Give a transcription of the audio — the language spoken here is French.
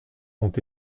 ont